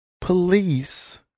police